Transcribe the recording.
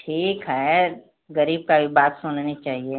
ठीक है गरीब का भी बात सुननी चाहिए